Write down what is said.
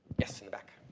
yes. in the back.